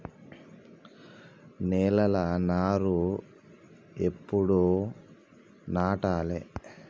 నేలలా నారు ఎప్పుడు నాటాలె?